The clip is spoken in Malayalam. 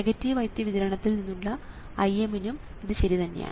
നെഗറ്റീവ് വൈദ്യുതി വിതരണത്തിൽ നിന്നും ഉള്ള Im നും ഇത് ശരി തന്നെയാണ്